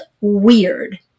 weird